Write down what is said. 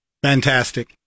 Fantastic